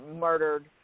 murdered